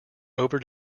over